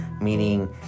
meaning